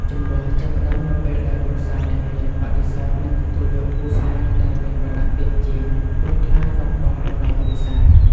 ជម្លោះចាប់ផ្តើមនៅពេលដែលគ្រួសារអ្នកមានបដិសេធមិនទទួលយកគូស្នេហ៍ដែលមានវណ្ណៈទាបជាង ព្រោះខ្លាចបាត់បង់តម្លៃគ្រួសារ។